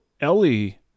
Ellie